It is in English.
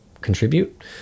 Contribute